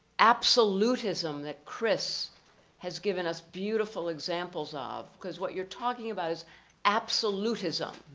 absolutism that chris has given us beautiful examples of, cause what you're talking about is absolutism,